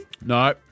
No